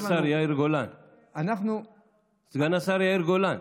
סגן השר יאיר גולן, סגן השר יאיר גולן,